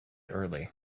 early